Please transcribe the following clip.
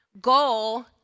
goal